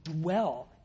dwell